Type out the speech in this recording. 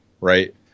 right